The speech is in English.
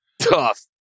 Tough